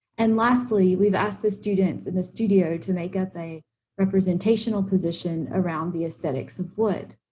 and lastly, we've asked the students in the studio to make up a representational position around the aesthetics of wood.